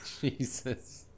Jesus